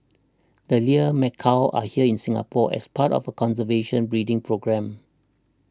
the Lear's macaws are here in Singapore as part of a conservation breeding programme